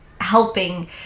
helping